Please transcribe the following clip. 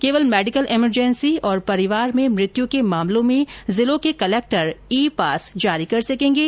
केवल medical emergency और परिवार में मृत्यु के मामलों में जिलों के कलेक्टर ई पास जारी कर सकेंगे